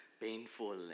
painful